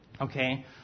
okay